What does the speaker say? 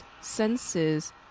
senses